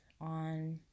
on